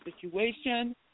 situation